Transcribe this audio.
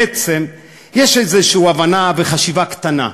בעצם יש איזושהי הבנה וחשיבה קטנה,